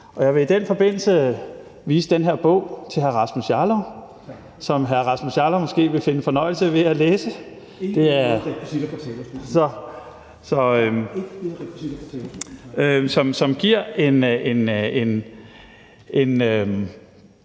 Og jeg vil i den forbindelse vise den her bog til hr. Rasmus Jarlov, som hr. Rasmus Jarlov måske vil finde fornøjelse ved at læse (Tredje næstformand